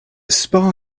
spa